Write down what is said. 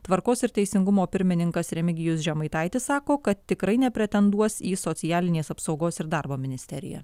tvarkos ir teisingumo pirmininkas remigijus žemaitaitis sako kad tikrai nepretenduos į socialinės apsaugos ir darbo ministeriją